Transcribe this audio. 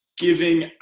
giving